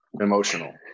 emotional